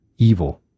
evil